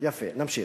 יפה, נמשיך.